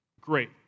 great